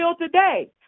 today